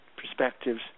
perspectives